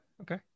Okay